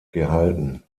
gehalten